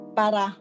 para